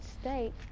state